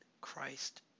Christ